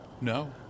No